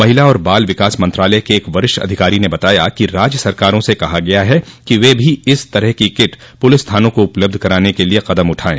महिला और बाल विकास मंत्रालय के एक वरिष्ठ अधिकारी ने बताया कि राज्य सरकारों स कहा गया है कि वे भी इस तरह की किट पुलिस थानों को उपलब्ध कराने के लिए कदम उठाएं